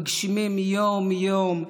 מגשימים יום-יום,